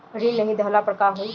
ऋण नही दहला पर का होइ?